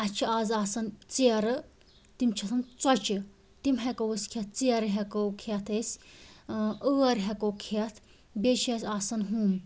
اَسہِ چھِ آز آسان ژیرٕ تِم چھِ آسان ژۄچہِ تِم ہٮ۪کو أسۍ کھٮ۪تھ ژیرٕ ہٮ۪کو کھٮ۪تھ أسۍ ٲر ہٮ۪کو کھٮ۪تھ بیٚیہِ چھِ اَسِہ آسان ہُم